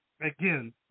again